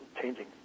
changing